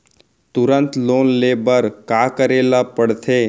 तुरंत लोन ले बर का करे ला पढ़थे?